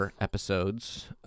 episodes